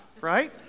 right